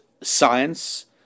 science